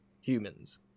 humans